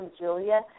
Julia